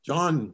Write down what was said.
John